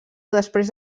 després